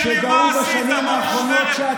שגאו בשנים האחרונות,